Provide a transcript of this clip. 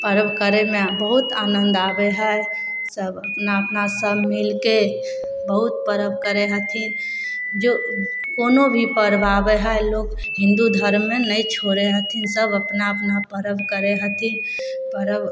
पर्व करयमे बहुत आनन्द आबय हइ सब अपना अपना सब मिलके बहुत पर्व करय हथिन जँ कोनो भी पर्व आबय हइ लोग हिन्दू धर्ममे नहि छोड़य हथिन सब अपना अपना पर्व करय हथिन पर्व